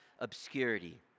obscurity